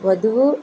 వధువు